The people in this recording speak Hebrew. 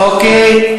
אוקיי.